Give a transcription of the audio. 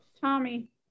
tommy